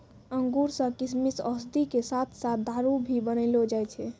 अंगूर सॅ किशमिश, औषधि के साथॅ साथॅ दारू भी बनैलो जाय छै